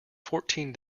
fourteen